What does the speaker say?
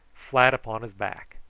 flat upon his back.